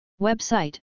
Website